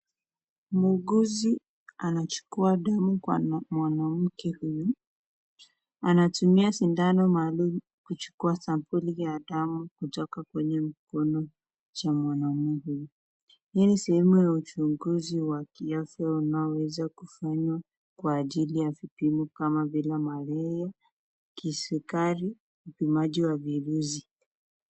Muuguzi anachukua damu kwa mwanamke huyu, anatumia sindano maalum kuchukua sambuli vya damu kutoka kwenye mkono cha mwanamke. Hii ni sehemi ya uchunguzi unaoweza kufanywa kwa ajili ya vipimo kama vile malaria, kisukari na virusi.